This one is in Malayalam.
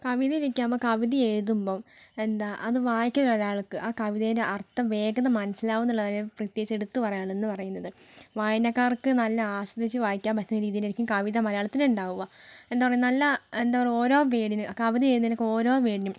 കവിതയിലേക്കാകുമ്പം കവിത എഴുത്തുമ്പം എന്താണ് അത് വായിക്കുന്ന ഒരാൾക്ക് ആ കവിതയുടെ അർത്ഥം വേഗം മനസ്സിലാവുമെന്നുള്ള കാര്യം പ്രത്യേകിച്ച് എടുത്ത് പറയാനുള്ളതെന്ന് പറയുന്നത് വായനക്കാർക്ക് നല്ല ആസ്വദിച്ച് വായിക്കാൻ പറ്റുന്ന രീതിയിലായിരിക്കും കവിത മലയാളത്തിൽ ഉണ്ടാവുക എന്താണ് പറയുക നല്ല എന്താണ് പറയുക ഓരോ വേർടിനും കവിത എഴുതുന്നതിനൊക്കെ ഓരോ വേർടിനും